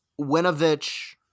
Winovich